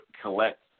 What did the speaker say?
collect